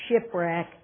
shipwreck